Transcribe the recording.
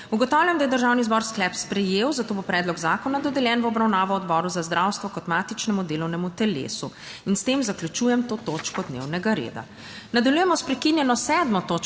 Ugotavljam, da je Državni zbor sklep sprejel, zato bo predlog zakona dodeljen v obravnavo Odboru za zdravstvo kot matičnemu delovnemu telesu. S tem zaključujem to točko dnevnega reda. **Nadaljujemo s prekinjeno 7. točko